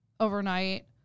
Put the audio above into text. overnight